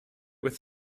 with